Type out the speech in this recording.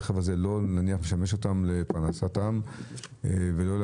הרכב לא משמש אותם לפרנסתם ולא להנאתם,